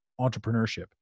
entrepreneurship